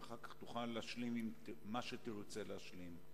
ואחר כך תוכל להשלים מה שתרצה להשלים.